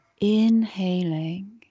Inhaling